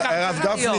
אתה חצוף.